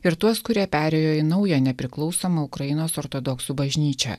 ir tuos kurie perėjo į naują nepriklausomą ukrainos ortodoksų bažnyčią